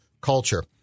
culture